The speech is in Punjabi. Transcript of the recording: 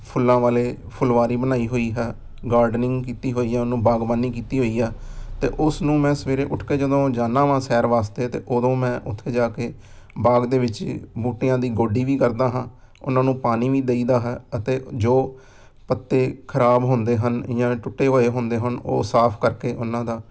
ਫੁੱਲਾਂ ਵਾਲੇ ਫੁਲਵਾਰੀ ਬਣਾਈ ਹੋਈ ਹੈ ਗਾਰਡਨਿੰਗ ਕੀਤੀ ਹੋਈ ਹੈ ਉਹਨੂੰ ਬਾਗਬਾਨੀ ਕੀਤੀ ਹੋਈ ਆ ਅਤੇ ਉਸ ਨੂੰ ਮੈਂ ਸਵੇਰੇ ਉੱਠ ਕੇ ਜਦੋਂ ਜਾਂਦਾ ਹਾਂ ਸੈਰ ਵਾਸਤੇ ਤਾਂ ਉਦੋਂ ਮੈਂ ਉੱਥੇ ਜਾ ਕੇ ਬਾਗ ਦੇ ਵਿੱਚ ਬੂਟਿਆਂ ਦੀ ਗੋਡੀ ਵੀ ਕਰਦਾ ਹਾਂ ਉਹਨਾਂ ਨੂੰ ਪਾਣੀ ਵੀ ਦੇਈਦਾ ਹੈ ਅਤੇ ਜੋ ਪੱਤੇ ਖ਼ਰਾਬ ਹੁੰਦੇ ਹਨ ਜਾਂ ਟੁੱਟੇ ਹੋਏ ਹੁੰਦੇ ਹਨ ਉਹ ਸਾਫ਼ ਕਰਕੇ ਉਹਨਾਂ ਦਾ